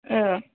ओ